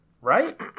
Right